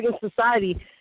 Society